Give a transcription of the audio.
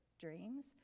dreams